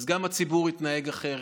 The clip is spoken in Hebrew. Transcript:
אז גם הציבור התנהג אחרת,